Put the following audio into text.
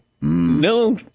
no